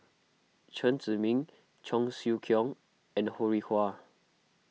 Chen Zhiming Cheong Siew Keong and Ho Rih Hwa